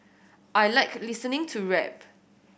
I like listening to rap